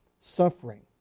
suffering